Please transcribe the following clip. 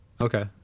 Okay